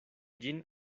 ĝin